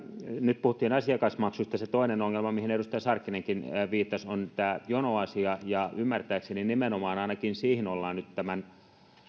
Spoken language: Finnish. nyt puhuttiin asiakasmaksuista se toinen ongelma mihin edustaja sarkkinenkin viittasi on tämä jonoasia ja ymmärtääkseni ainakin nimenomaan siihen ollaan nyt tämän